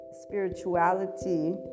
spirituality